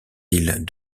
îles